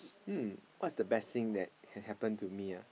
um what's the best thing that can happen to me ah